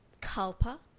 kalpa